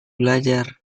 belajar